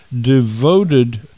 devoted